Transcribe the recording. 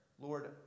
Lord